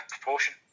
proportion